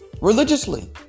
religiously